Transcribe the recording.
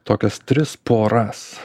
tokias tris poras